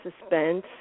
suspense